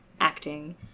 acting